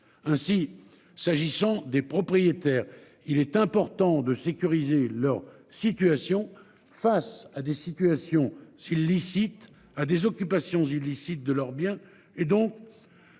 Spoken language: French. Ainsi, s'agissant des propriétaires. Il est important de sécuriser leur situation face à des situations si. À des occupations illicites de leurs biens et donc.